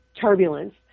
turbulence